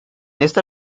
esta